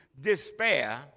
despair